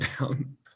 down